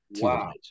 Wow